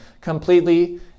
completely